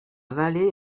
vallée